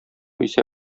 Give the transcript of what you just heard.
исә